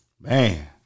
Man